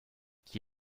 qui